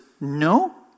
no